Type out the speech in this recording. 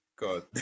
God